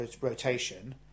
Rotation